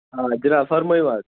آ جِناب فرمٲیِو حظ